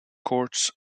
courts